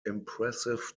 impressive